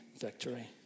victory